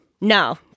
No